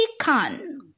Khan